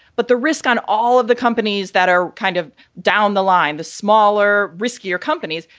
but the risk on all of the companies that are kind of down the line, the smaller, riskier companies,